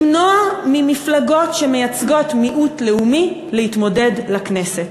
למנוע ממפלגות שמייצגות מיעוט לאומי להתמודד לכנסת.